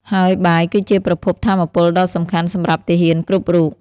ហើយបាយគឺជាប្រភពថាមពលដ៏សំខាន់សម្រាប់ទាហានគ្រប់រូប។